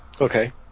Okay